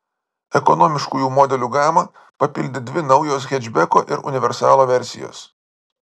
ekonomiškųjų modelių gamą papildė dvi naujos hečbeko ir universalo versijos